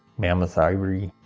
mammoth ivory,